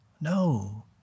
No